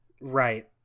Right